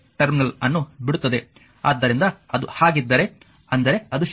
ಆದ್ದರಿಂದ ಅದು ಹಾಗಿದ್ದರೆ ಅಂದರೆ ಅದು ಶಕ್ತಿ